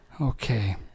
Okay